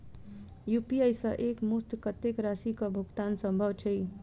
UPI सऽ एक मुस्त कत्तेक राशि कऽ भुगतान सम्भव छई?